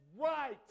right